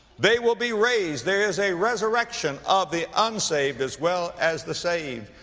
they will be raised. there is a resurrection of the unsaved as well as the saved.